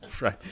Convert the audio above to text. Right